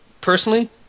personally